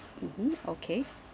mmhmm okay